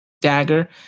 dagger